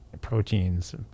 proteins